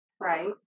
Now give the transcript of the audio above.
right